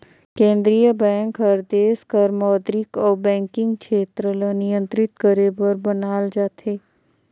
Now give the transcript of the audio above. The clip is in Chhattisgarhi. केंद्रीय बेंक हर देस कर मौद्रिक अउ बैंकिंग छेत्र ल नियंत्रित करे बर बनाल जाथे